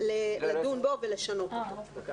לדון בו ולשנות אותו.